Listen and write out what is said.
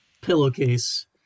pillowcase